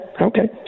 okay